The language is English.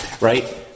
Right